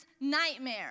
nightmare